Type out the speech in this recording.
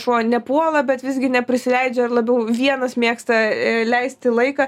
šuo nepuola bet visgi neprisileidžia ir labiau vienas mėgsta leisti laiką